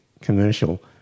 commercial